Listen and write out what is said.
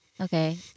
Okay